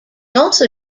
also